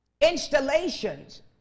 installations